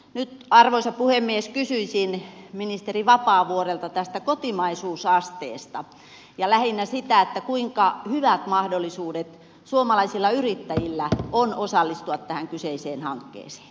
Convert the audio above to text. nyt arvoisa puhemies kysyisin ministeri vapaavuorelta tästä kotimaisuusasteesta ja lähinnä siitä kuinka hyvät mahdollisuudet suomalaisilla yrittäjillä on osallistua tähän kyseiseen hankkeeseen